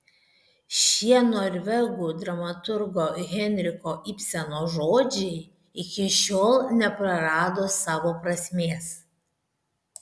šie norvegų dramaturgo henriko ibseno žodžiai iki šiol neprarado savo prasmės